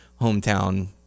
hometown